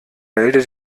melde